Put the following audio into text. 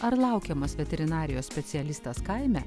ar laukiamas veterinarijos specialistas kaime